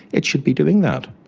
it should be doing that,